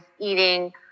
eating